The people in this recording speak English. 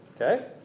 Okay